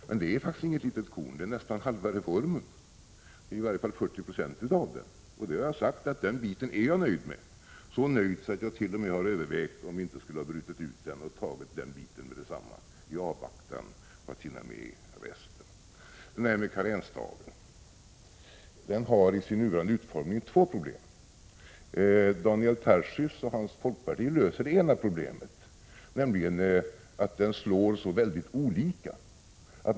Men det är faktiskt inget litet korn. Det är nästan halva reformen, i varje fall 40 90 av den. Jag har sagt att jag är nöjd med den biten. Jag hart.o.m. övervägt att bryta ut den biten och genomföra den meddetsamma i avvaktan på att resten kan hinnas med. Systemet med karensdagen medför i sin nuvarande utformning två problem. Daniel Tarschys och folkpartiet löser det ena problemet — problemet med att karensdagen slår väldigt olika.